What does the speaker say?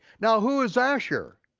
now, who was asher?